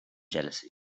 jealousy